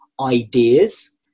ideas